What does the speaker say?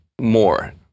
more